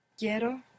Quiero